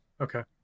okay